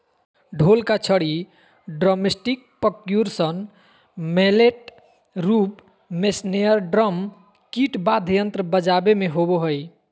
ढोल का छड़ी ड्रमस्टिकपर्क्यूशन मैलेट रूप मेस्नेयरड्रम किट वाद्ययंत्र बजाबे मे होबो हइ